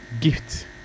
gift